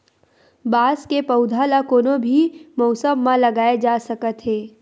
बांस के पउधा ल कोनो भी मउसम म लगाए जा सकत हे